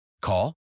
Call